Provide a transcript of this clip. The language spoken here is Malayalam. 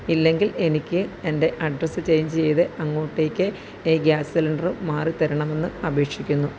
ഇല്ലെങ്കില് എനിക്ക് എന്റെ അഡ്രസ്സ് ചേഞ്ച് ചെയ്ത് അങ്ങോട്ടേക്ക് ഗ്യാസ് സിലിണ്ടർ മാറി തരണമെന്ന് അപേക്ഷിക്കുന്നു